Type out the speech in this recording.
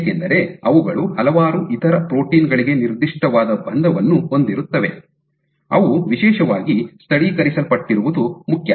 ಏಕೆಂದರೆ ಅವುಗಳು ಹಲವಾರು ಇತರ ಪ್ರೋಟೀನ್ ಗಳಿಗೆ ನಿರ್ದಿಷ್ಟವಾದ ಬಂಧವನ್ನು ಹೊಂದಿರುತ್ತವೆ ಅವು ವಿಶೇಷವಾಗಿ ಸ್ಥಳೀಕರಿಸಲ್ಪಟ್ಟಿರುವುದು ಮುಖ್ಯ